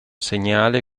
segnale